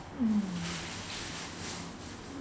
mm